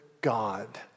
God